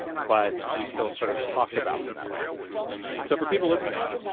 but but we still sort of talk about them that way so for people listening,